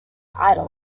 idol